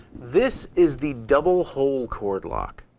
this is the double hole cord lock.